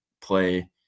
play